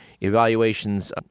evaluations